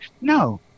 no